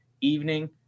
evening